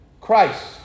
Christ